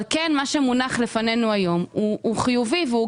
אבל כן מה שמונח בפנינו היום הוא חיובי והוא